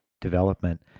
development